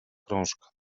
krążka